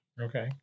Okay